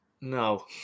No